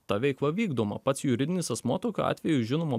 ta veikla vykdoma pats juridinis asmuo tokiu atveju žinoma